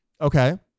Okay